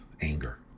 anger